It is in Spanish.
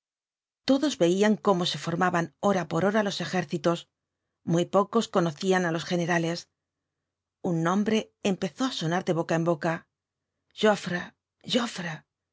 todos veían cómo se formaban hora por hora los ejércitos muy pocos conocían á los generales un nombre empezó á sonar de boca en boca joffre joffre sus